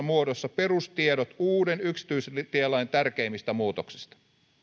muodossa perustiedot uuden yksityistielain tärkeimmistä muutoksista